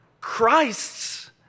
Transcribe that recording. Christ's